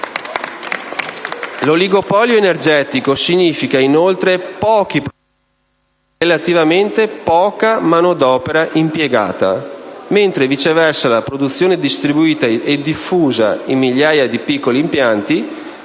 L'oligopolio energetico significa, inoltre, avere pochi produttori e relativamente poca manodopera impiegata; viceversa la produzione distribuita e diffusa in migliaia di piccoli impianti